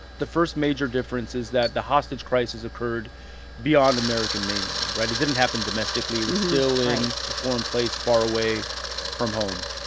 the first major difference is that the hostage crisis occurred beyond american mainland, right? it didn't happen domestically right it was still in a foreign place far away from home.